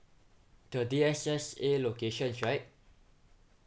the D_S_S_A locations right